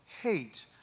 hate